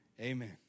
amen